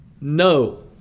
No